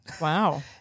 wow